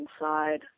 inside